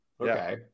okay